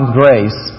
grace